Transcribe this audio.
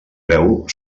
veu